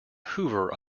hoover